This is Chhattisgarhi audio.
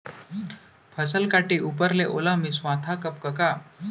फसल काटे ऊपर ले ओला मिंसवाथा कब कका?